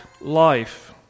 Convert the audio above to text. life